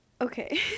Okay